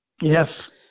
Yes